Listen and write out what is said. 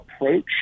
approach